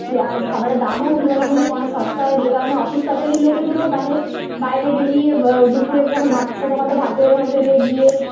যে আর খাবারের দামও তুলনামূলক অনেক সস্তা হয় যে কারণে অফিস কাচারির লোকেদেররেও মানে বাইরে বেরিয়ে দুপুরে কোনো ভাত ছোটো খাটো ভাতের হোটেলে গিয়ে